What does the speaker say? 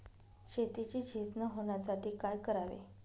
शेतीची झीज न होण्यासाठी काय करावे?